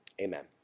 Amen